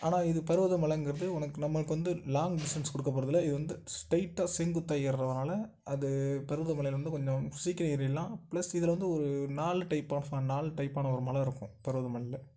ஆனால் இது பருவத மலைங்கிறது உனக்கு நம்மளுக்கு வந்து லாங் டிஸ்டன்ஸ் கொடுக்கப் போறதில்லை இது வந்து ஸ்ட்ரெயிட்டாக செங்குத்தாக ஏறுகிறதுனால அது பருவத மலையில் வந்து கொஞ்சம் சீக்கிரம் ஏறிடலாம் பிளஸ் இதில் வந்து ஒரு நாலு டைப் ஆஃப் ஆன் நால் டைப்பான ஒரு மலை இருக்கும் பருவத மலையில்